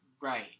Right